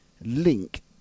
link